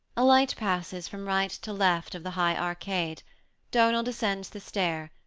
a light passes from right to left of the high arcade domhnal descends the stair,